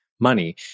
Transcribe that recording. money